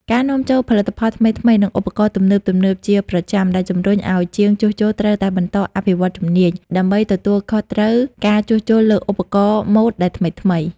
ការនាំចូលផលិតផលថ្មីៗ និងឧបករណ៍ទំនើបៗជាប្រចាំ ដែលជម្រុញអោយជាងជួសជុលត្រូវតែបន្តអភិវឌ្ឍជំនាញ ដើម្បីទទួលខុសត្រូវការជួសជុលលើឧបករណ៍ម៉ូតដែលថ្មីៗ។